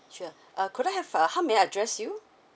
sure uh could I have uh how may I address you